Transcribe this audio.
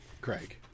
Craig